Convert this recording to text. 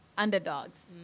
underdogs